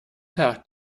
tag